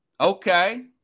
Okay